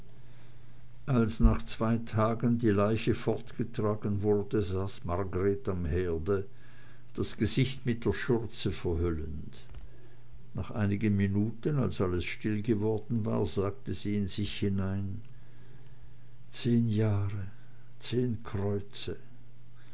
als nach zwei tagen die leiche fortgetragen wurde saß margreth am herde das gesicht mit der schürze verhüllend nach einigen minuten als alles still geworden war sagte sie in sich hinein zehn jahre zehn kreuze